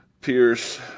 Pierce